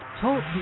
Talk